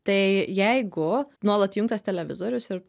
tai jeigu nuolat įjungtas televizorius ir